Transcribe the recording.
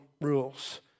rules